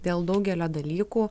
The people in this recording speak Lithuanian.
dėl daugelio dalykų